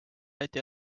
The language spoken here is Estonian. läti